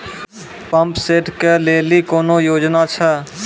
Pump set केलेली कोनो योजना छ?